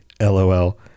LOL